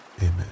Amen